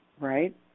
right